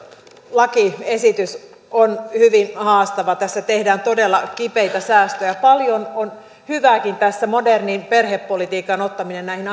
lakiesitys on hyvin haastava tässä tehdään todella kipeitä säästöjä paljon on hyvääkin tässä modernin perhepolitiikan ottaminen näihin